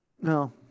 no